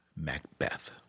Macbeth